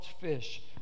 fish